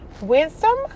wisdom